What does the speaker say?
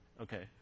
okay